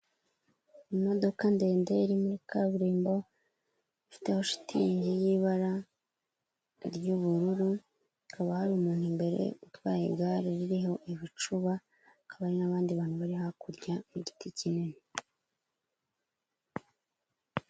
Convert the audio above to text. Imodoka ndende iri muri kaburimbo, ifiteho shitingi y'ibara ry'ubururu, hakaba hari umuntu imbere utwaye igare ririho ibicuba, hakaba hari n'abandi bantu bari hakurya n'igiti kinini.